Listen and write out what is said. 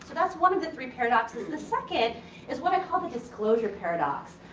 so that's one of the three paradoxes. the second is what i call the disclosure paradox.